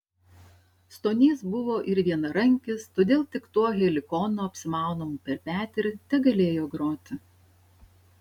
stonys buvo ir vienarankis todėl tik tuo helikonu apsimaunamu per petį ir tegalėjo groti